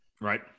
Right